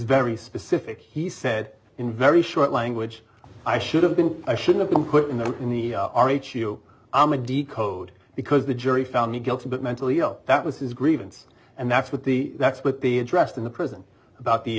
very specific he said in very short language i should have been i should've been put in there in the r h u m a d code because the jury found me guilty but mentally ill that was his grievance and that's what the that's what the addressed in the prison about the